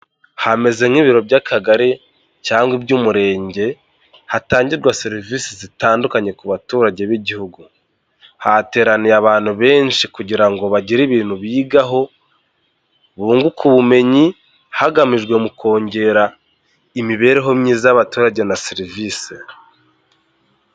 Hameze nk'ibiro by'Akagari cyangwa iby'Umurenge hatangirwa serivisi zitandukanye ku baturage b'Igihugu, hateraniye abantu benshi kugira ngo bagire ibintu bigaho bunguke ubumenyi hagamijwe mu kongera imibereho myiza y'abaturage na serivise.